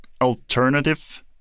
alternative